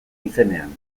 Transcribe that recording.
izenean